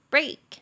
Break